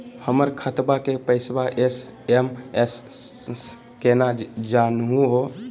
हमर खतवा के पैसवा एस.एम.एस स केना जानहु हो?